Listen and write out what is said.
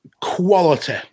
quality